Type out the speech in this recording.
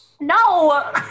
No